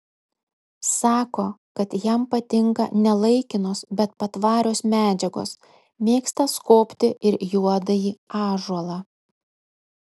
sako kad jam patinka ne laikinos bet patvarios medžiagos mėgsta skobti ir juodąjį ąžuolą